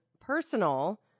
personal